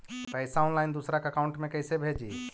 पैसा ऑनलाइन दूसरा के अकाउंट में कैसे भेजी?